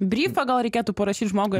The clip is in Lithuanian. bryfą gal reikėtų parašyt žmogui